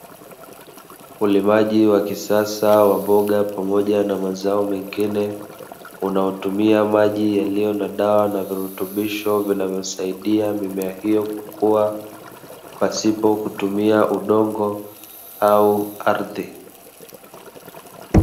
Ulimaji wa kisasa wa mboga pamoja na mazao mengine, unaotumia maji yaliyo na dawa pamoja na virutubisho, unaosaidia mimea hiyo kukua pasipo kutumia udongo au ardhi.